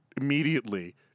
immediately